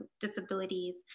disabilities